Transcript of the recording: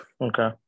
Okay